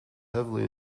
heavily